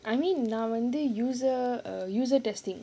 I mean நான் வந்து:naan vandhu user err user testing